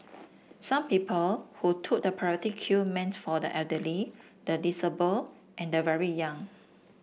some people who took the priority queue meant for the elderly the disabled and the very young